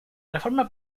reforma